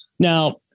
Now